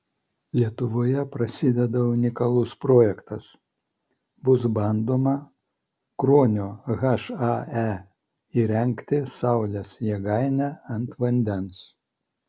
lietuvoje prasideda unikalus projektas bus bandoma kruonio hae įrengti saulės jėgainę ant vandens